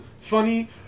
funny